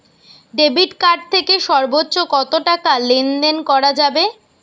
Debit card থেকে সর্বোচ্চ কত টাকা লেনদেন করা যাবে?